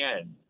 end